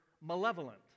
malevolent